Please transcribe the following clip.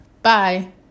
Bye